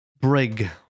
Brig